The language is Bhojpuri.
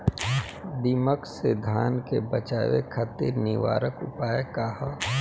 दिमक से धान के बचावे खातिर निवारक उपाय का ह?